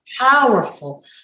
powerful